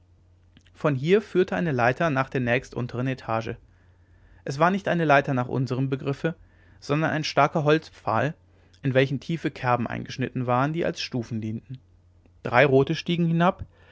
von hier führte eine leiter nach der nächst unteren etage es war nicht eine leiter nach unserem begriffe sondern ein starker holzpfahl in welchen tiefe kerben eingeschnitten waren die als stufen dienten drei rote stiegen hinab